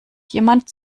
jemand